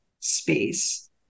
space